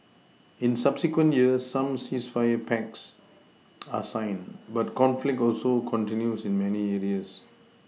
in subsequent years some ceasefire pacts are signed but conflict also continues in many areas